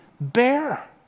bear